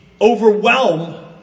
overwhelm